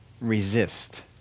resist